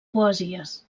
poesies